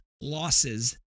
losses